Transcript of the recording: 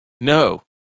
No